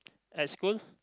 at school